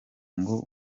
ngo